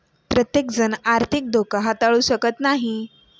प्रत्येकजण आर्थिक धोका हाताळू शकत नाही